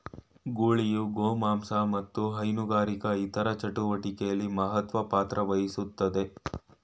ಗೂಳಿಯು ಗೋಮಾಂಸ ಹಾಗು ಹೈನುಗಾರಿಕೆ ಇತರ ಚಟುವಟಿಕೆಲಿ ಮಹತ್ವ ಪಾತ್ರವಹಿಸ್ತದೆ